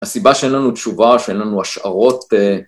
הסיבה שאין לנו תשובה, שאין לנו השערות...